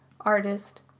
artist